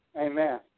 Amen